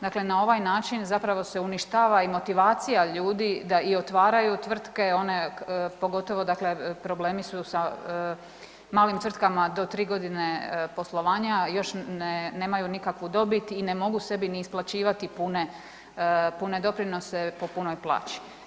Dakle, na ovaj način zapravo se uništava i motivacija ljudi da i otvaraju tvrtke, one pogotovo dakle problemi su sa malim tvrtkama do 3.g. poslovanja još nemaju nikakvu dobit i ne mogu sebi ni isplaćivati pune, pune doprinose po punoj plaći.